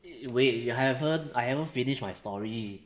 wait you haven't I haven't finish my story